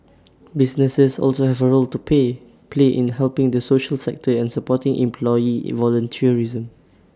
businesses also have A role to play play in helping the social sector and supporting employee volunteerism